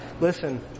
Listen